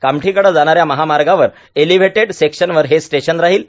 कामठीकडे जाणाऱ्या महामार्गावर एल्हिवेटेड सेक्शनवर हे स्टेशन राहील